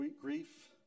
grief